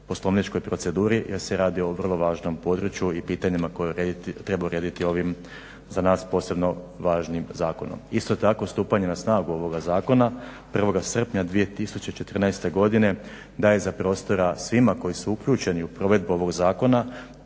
poslovničkoj proceduri jer se radi o vrlo važnom području i pitanjima koja treba urediti ovim za nas posebno važnim zakonom. Isto tako, stupanje na snagu ovoga Zakona 1.7.2014. godine daje za prostora svima koji su uključeni u provedbu ovog zakona